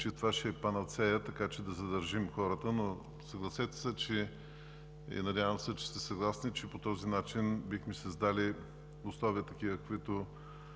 че това ще е панацея, така че да задържим хората, но надявам се, че сте съгласни, че по този начин бихме създали условия, каквито